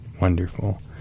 Wonderful